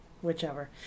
Whichever